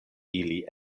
ili